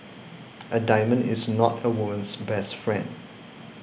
a diamond is not a woman's best friend